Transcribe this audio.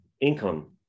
income